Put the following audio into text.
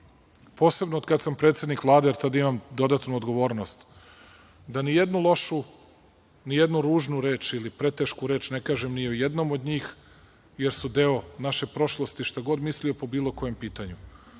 posebno od kad sam predsednik Vlade, jer tad imam dodatnu odgovornost, da nijednu lošu, nijednu ružnu reč, ili pretešku reč ne kažem ni o jednom od njih, jer su deo naše prošlosti, šta god mislio po bilo kojem pitanju